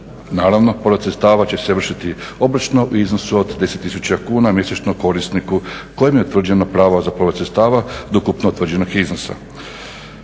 Naravno povrat sredstava će se vršiti … u iznosu od 10 tisuća kuna mjesečno korisniku kojem je utvrđeno pravo za povrat sredstava od ukupno utvrđenog iznosa.